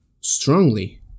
strongly